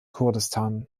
kurdistan